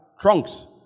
trunks